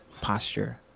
posture